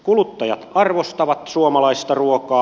kuluttajat arvostavat suomalaista ruokaa